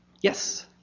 Yes